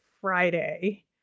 Friday